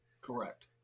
Correct